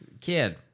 kid